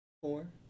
Four